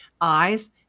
eyes